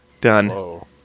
Done